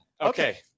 Okay